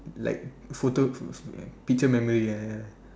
like photo pho~ pho~ uh picture memory ya ya ya